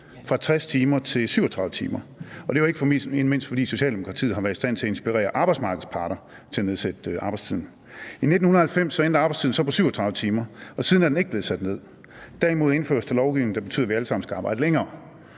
ugen til 37 timer, og det er ikke mindst, fordi Socialdemokratiet har været i stand til at inspirere arbejdsmarkedets parter til at nedsætte arbejdstiden. I 1990 endte arbejdstiden så på 37 timer, og siden er den ikke blevet sat ned. Derimod indføres der lovgivning, der betyder, at vi alle sammen skal arbejde længere.